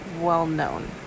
well-known